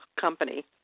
company